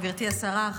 גברתי השרה,